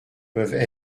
peuvent